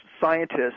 scientists